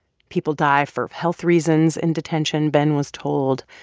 people die for health reasons in detention, ben was told.